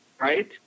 right